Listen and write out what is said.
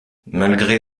malgré